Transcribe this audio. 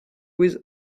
with